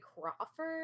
Crawford